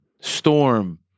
Storm